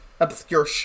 obscure